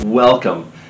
Welcome